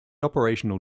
operational